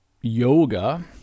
yoga